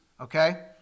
okay